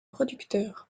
producteur